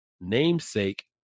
namesake